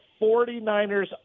49ers